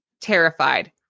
terrified